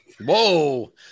Whoa